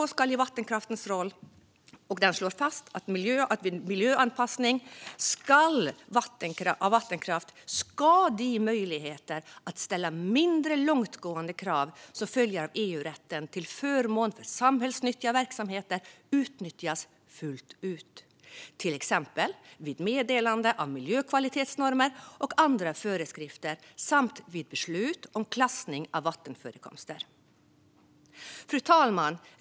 Och det slås fast att vid miljöanpassning av vattenkraft ska de möjligheter att ställa mindre långtgående krav som följer av EU-rätten till förmån för samhällsnyttiga verksamheter utnyttjas fullt ut, till exempel vid meddelande av miljökvalitetsnormer och andra föreskrifter samt vid beslut om klassning av vattenförekomster. Fru talman!